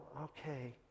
okay